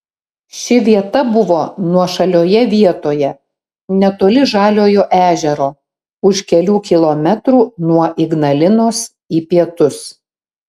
ši vieta buvo nuošalioje vietoje netoli žaliojo ežero už kelių kilometrų nuo ignalinos į pietus